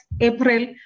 April